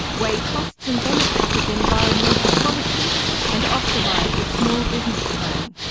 weigh costs and benefits of environmental policies and optimize a small business plan.